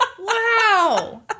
Wow